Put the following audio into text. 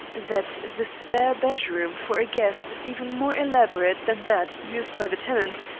that the spare bedroom for a guest is even more elaborate than that used by the tenant,